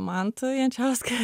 mantu jančiausku